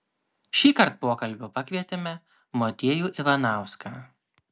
šįkart pokalbio pakvietėme motiejų ivanauską